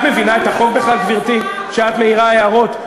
את מבינה את החוק בכלל, גברתי, שאת מעירה הערות?